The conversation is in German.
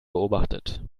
beobachtet